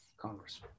Congress